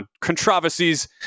controversies